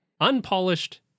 unpolished